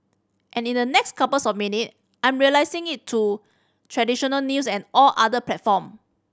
and in the next couple of minute I'm releasing it to traditional news and all other platform